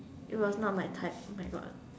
it was not my type oh my god